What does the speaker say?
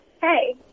hey